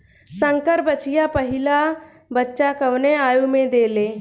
संकर बछिया पहिला बच्चा कवने आयु में देले?